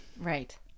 Right